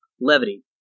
Levity